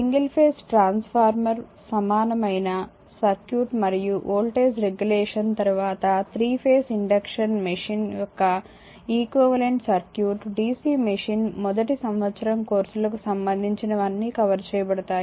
single phase transformer సమానమైన circuit మరియు voltage regulation తరువాత త్రీ ఫేజ్ ఇండక్షన్ మెషిన్ యొక్క ఈక్వివలెంట్ సర్క్యూట్ dc మెషిన్ మొదటి సంవత్సరం కోర్సులకు సంబంధించినవి అన్నీ కవర్ చేయబడతాయి